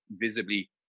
visibly